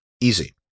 Easy